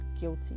guilty